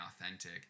authentic